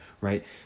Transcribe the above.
right